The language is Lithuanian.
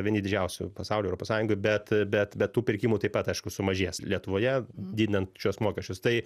vieni didžiausių pasauly europos sąjungoj bet bet be tų pirkimų taip pat aišku sumažės lietuvoje didinant šiuos mokesčius tai